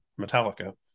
metallica